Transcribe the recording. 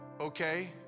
okay